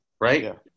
right